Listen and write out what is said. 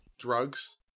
drugs